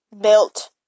built